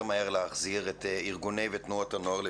מהר להחזיר את ארגוני ותנועות הנוער לפעילות.